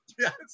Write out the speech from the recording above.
yes